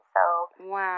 Wow